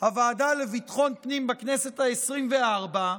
הוועדה לביטחון הפנים בכנסת העשרים-וארבע,